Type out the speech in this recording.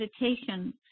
meditation